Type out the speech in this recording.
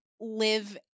live